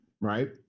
Right